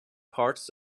parts